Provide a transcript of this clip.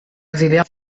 exiliar